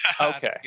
Okay